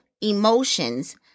emotions